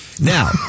Now